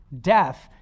death